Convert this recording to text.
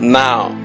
now